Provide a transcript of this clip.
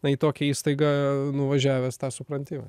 na į tokią įstaigą nuvažiavęs tą supranti